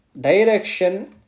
Direction